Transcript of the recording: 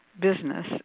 business